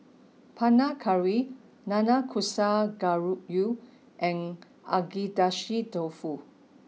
Panang Curry Nanakusa Gayu and Agedashi Dofu